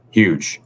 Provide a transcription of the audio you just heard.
huge